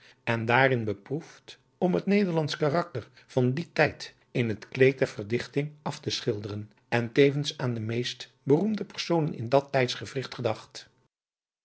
en daarin beproefd om het nederlandsch karakter van dien tijd in het kleed der verdichting af te schilderen en tevens aan de meest beroemde personen in dat tijdsgewricht gedacht